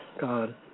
God